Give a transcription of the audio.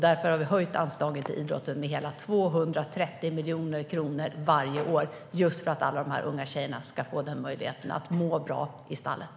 Därför har vi höjt anslaget till idrotten med hela 230 miljoner kronor varje år - just för att alla de här unga tjejerna ska få möjligheten att må bra i stallet.